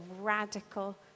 radical